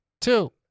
two